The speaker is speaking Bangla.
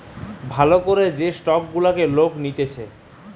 ভাল করে যে স্টক গুলাকে লোক নিতেছে